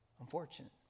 Unfortunate